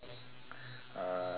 uh you want to check